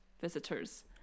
visitors